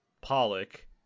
Pollock